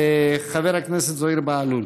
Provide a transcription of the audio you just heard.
חבר הכנסת זוהיר בהלול.